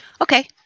Okay